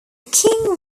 king